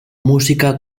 música